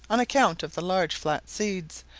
on account of the large flat seeds,